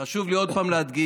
חשוב לי עוד פעם להדגיש: